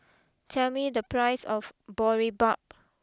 tell me the price of Boribap